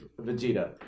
Vegeta